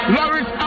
Loris